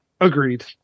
Agreed